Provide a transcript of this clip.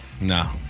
No